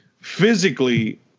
physically –